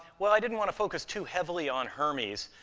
well, i didn't want to focus too heavily on hermes.